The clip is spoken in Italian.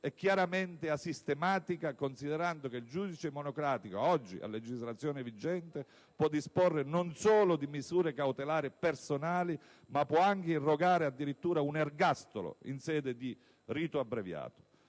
è chiaramente asistematica, considerando che il giudice monocratico oggi, a legislazione vigente, non solo può disporre misure cautelari personali, ma anche irrogare un ergastolo, in sede di rito abbreviato.